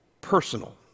personal